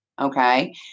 Okay